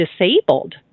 disabled